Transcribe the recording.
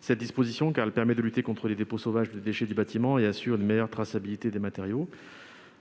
cette disposition, qui permet de lutter contre les dépôts sauvages de déchets du bâtiment et d'assurer une meilleure traçabilité des matériaux.